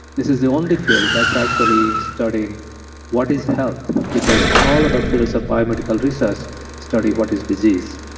this is the only field that's actually studying what is health because all other fields of biomedical research study what is disease